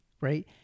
right